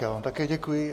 Já vám také děkuji.